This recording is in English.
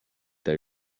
they